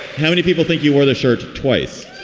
how many people think you are the shirt? twice.